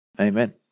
amen